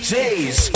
days